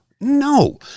no